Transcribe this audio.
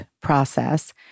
process